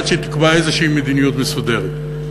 עד שתקבע איזו מדיניות מסודרת.